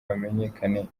hamenyekane